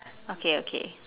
okay okay